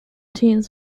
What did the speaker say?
teams